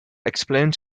explained